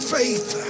faith